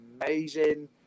amazing